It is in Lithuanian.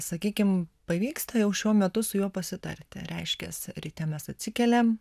sakykim pavyksta jau šiuo metu su juo pasitarti reiškias ryte mes atsikeliam